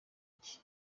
iki